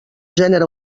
gènere